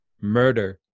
murder